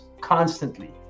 constantly